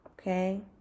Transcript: okay